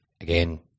again